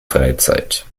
freizeit